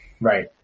Right